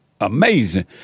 Amazing